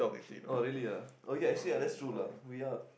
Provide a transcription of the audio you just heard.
oh really ah oh ya actually that's true lah we are